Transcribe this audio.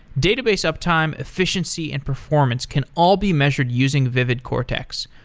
database uptime, efficiency, and performance can all be measured using vividcortex.